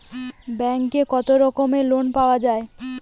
ব্যাঙ্কে কত রকমের লোন পাওয়া য়ায়?